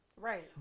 Right